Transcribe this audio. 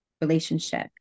relationship